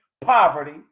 poverty